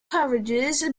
carriages